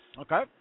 Okay